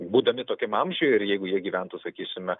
būdami tokiam amžiuje ir jeigu jie gyventų sakysime